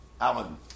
Alan